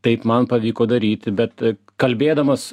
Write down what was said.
taip man pavyko daryti bet kalbėdamas